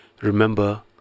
Remember